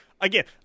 again